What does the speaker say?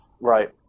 right